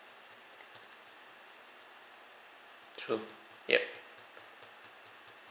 true ya